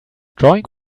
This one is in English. drawing